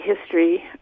history